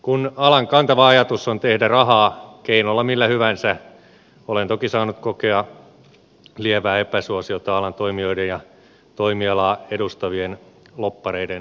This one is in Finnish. kun alan kantava ajatus on tehdä rahaa keinolla millä hyvänsä olen toki saanut kokea lievää epäsuosiota alan toimijoiden ja toimialaa edustavien lobbareiden taholta